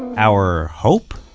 our hope?